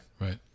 Right